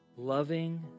Loving